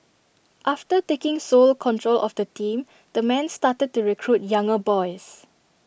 after taking sole control of the team the man started to recruit younger boys